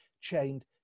chained